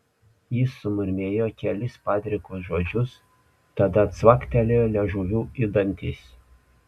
jis sumurmėjo kelis padrikus žodžius tada cvaktelėjo liežuviu į dantis